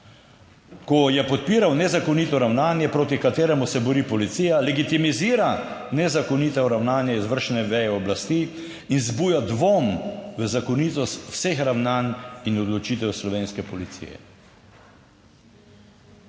Ko je podpiral nezakonito ravnanje, proti kateremu se bori policija, legitimizira nezakonito ravnanje izvršne veje oblasti in vzbuja dvom v zakonitost vseh ravnanj in odločitev slovenske policije.